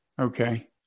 Okay